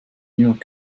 niemand